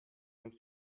back